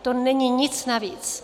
To není nic navíc.